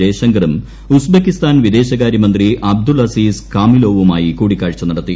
ജയ്ശങ്കറും Uzbekistan വിദേശകാര്യ മന്ത്രി Abdul Aziz കാമിലൊവുമായി കൂടിക്കാഴ്ച നടത്തി